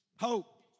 hope